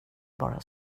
bara